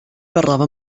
parlava